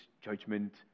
judgment